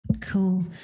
Cool